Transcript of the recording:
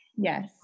Yes